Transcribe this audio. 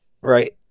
right